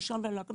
לישון ולא לקום,